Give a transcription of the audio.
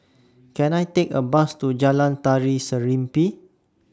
Can I Take A Bus to Jalan Tari Serimpi